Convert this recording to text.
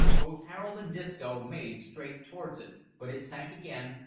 both harold and disco made straight towards it, but it sank again,